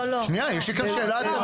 לא עכשיו.